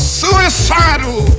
suicidal